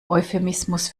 euphemismus